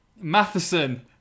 Matheson